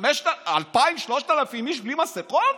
2,000, 3,000 איש בלי מסכות?